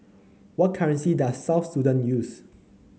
what currency does South Sudan use